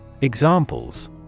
Examples